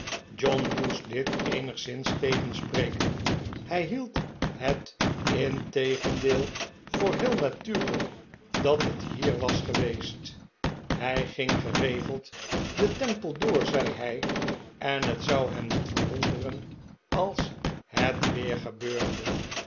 john moest dit eenigszins tegenspreken hij hield het integendeel voor heel natuurlijk dat het hier was geweest hij ging geregeld den temple door zei hij en het zou hem niet verwonderen als het weer gebeurde